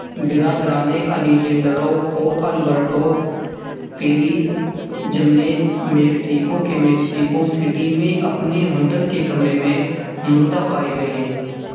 برادران الیجینڈرو اور Alberto Perez Jimenez Mexico کے میکسیکو سٹی میں اپنے ہوٹل کے کمرے میں مردہ پائے گئے